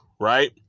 Right